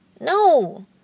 no